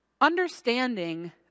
Understanding